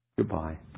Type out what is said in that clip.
Goodbye